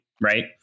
right